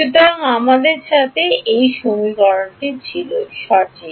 সুতরাং আমার সাথে ছিল সঠিক